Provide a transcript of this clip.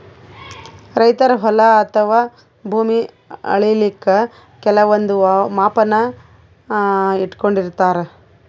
ರೈತರ್ ಹೊಲ ಅಥವಾ ಭೂಮಿ ಅಳಿಲಿಕ್ಕ್ ಕೆಲವಂದ್ ಮಾಪನ ಇಟ್ಕೊಂಡಿರತಾರ್